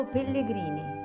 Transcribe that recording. Pellegrini